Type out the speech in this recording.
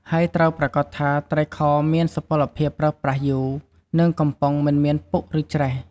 ហើយត្រូវប្រាកដថាត្រីខមានសុពលភាពប្រើប្រាស់យូរ និងកំប៉ុងមិនមានពុកឬច្រេះ។